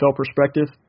perspective